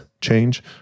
change